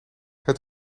het